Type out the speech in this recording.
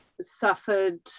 suffered